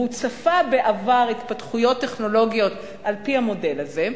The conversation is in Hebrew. והוא צפה בעבור התפתחויות טכנולוגיות על-פי המודל הזה,